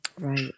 Right